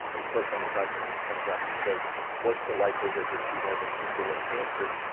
you click on a button and it comes up and says what's the likelihood that you have an indolent cancer.